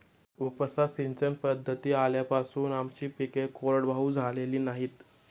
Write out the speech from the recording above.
उपसा सिंचन पद्धती आल्यापासून आमची पिके कोरडवाहू झालेली नाहीत